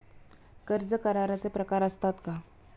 कर्ज कराराचे प्रकार असतात का?